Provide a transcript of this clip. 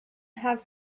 have